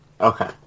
Okay